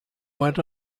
went